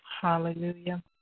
Hallelujah